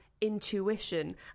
intuition